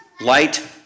light